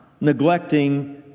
neglecting